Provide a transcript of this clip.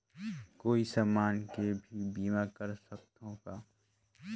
कोई समान के भी बीमा कर सकथव का?